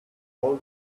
all